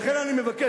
לכן אני מבקש,